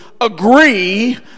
agree